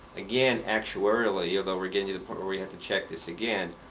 again, actuarially, although we're getting to the point where we have to check this again,